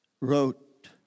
wrote